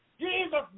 Jesus